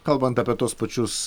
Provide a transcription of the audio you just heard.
kalbant apie tuos pačius